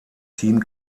team